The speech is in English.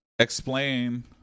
Explain